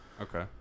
Okay